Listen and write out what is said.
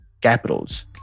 capitals